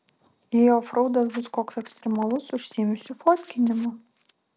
jei ofraudas bus koks ekstremalus užsiimsiu fotkinimu